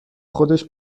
خودش